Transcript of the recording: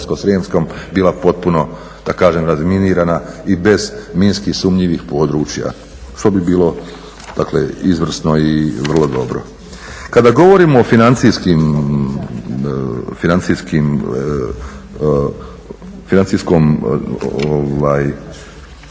bila potpuno da kažem razminirana i bez minski sumnjivih područja što bi bilo, dakle izvrsno i vrlo dobro. Kada govorim o financiranju Hrvatskog